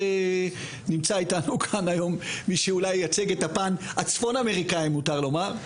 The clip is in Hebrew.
נמצא אתנו כאן נציג מהצד הצפון אמריקאי של המדענים העולים,